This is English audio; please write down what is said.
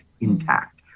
intact